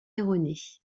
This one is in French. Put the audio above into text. erronée